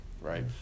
right